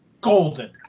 Golden